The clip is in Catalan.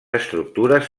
estructures